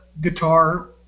guitar